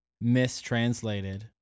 mistranslated